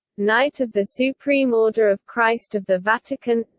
knight of the supreme order of christ of the vatican